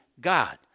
God